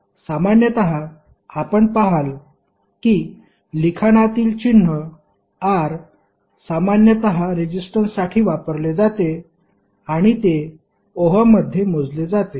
तर सामान्यत आपण पहाल की लिखाणातील चिन्ह R सामान्यत रेजिस्टन्ससाठी वापरले जाते आणि ते ओहम मध्ये मोजले जाते